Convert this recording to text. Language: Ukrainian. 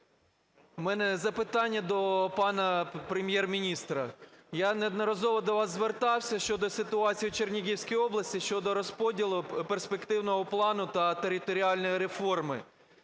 В мене запитання до пана Прем’єр-міністра. Я неодноразово до вас звертався щодо ситуації в Чернігівській області щодо розподілу перспективного плану та територіальної реформи.